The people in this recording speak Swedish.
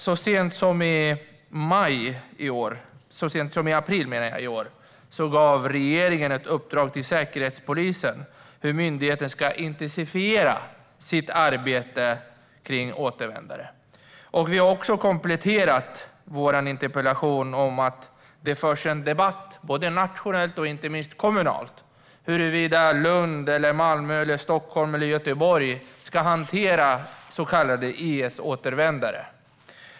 Så sent som i april i år gav regeringen ett uppdrag till Säkerhetspolisen gällande hur myndigheten ska intensifiera sitt arbete kring återvändare. Vi har också kompletterat vår interpellation med att det förs en debatt, nationellt och inte minst kommunalt, om hur Lund, Malmö eller Stockholm ska hantera så kallade IS-återvändare.